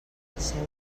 passeu